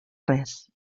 res